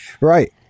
Right